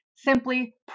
Simply